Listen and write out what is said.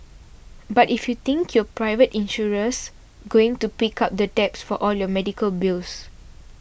but if you think your private insurer's going to pick up the tabs for all your medical bills